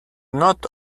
not